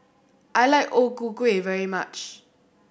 I like O Ku Kueh very much